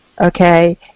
Okay